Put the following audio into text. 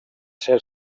ser